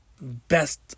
best